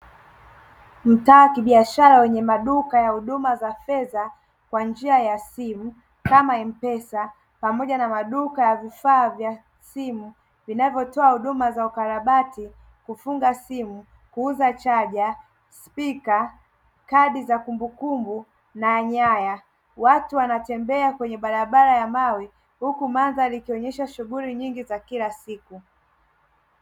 Mtaa wa kibiashara wenye maduka ya huduma za fedha, kwa njia ya simu kama M-PESA pamoja na maduka ya vifaa vya simu vinavyotoa huduma za ukarabati, kufunga simu, kuuza chaja: spika, kadi za kumbukumbu na nyaya. Watu wanatembea kwenye barabara ya mawe, huku mandhari ikionyesha shughuli nyingi za kila siku.